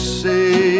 say